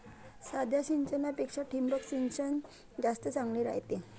साध्या सिंचनापेक्षा ठिबक सिंचन जास्त चांगले रायते